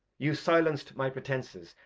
you silenc'd my pretences,